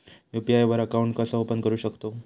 UPI वर account कसा open करू शकतव?